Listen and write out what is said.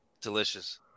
Delicious